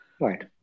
Right